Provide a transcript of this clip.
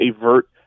avert